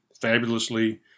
fabulously